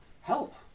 help